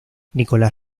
nicolás